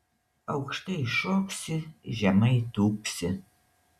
aukštai šoksi žemai tūpsi